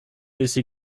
laissé